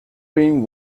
being